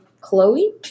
Chloe